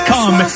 Come